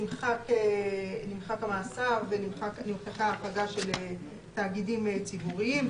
נמחק המעצר ונמחקה ההחרגה של תאגידים ציבוריים,